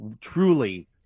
truly